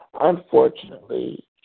unfortunately